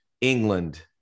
England